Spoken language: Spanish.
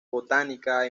botánica